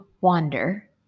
wander